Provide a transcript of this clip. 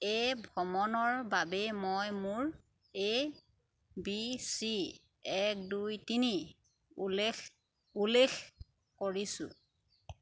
এই ভ্ৰমণৰ বাবে মই মোৰ এ বি চি এক দুই তিনি উল্লেখ উল্লেখ কৰিছোঁ